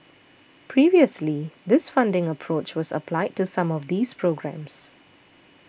previously this funding approach was applied to some of these programmes